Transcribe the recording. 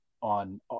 on